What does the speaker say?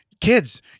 kids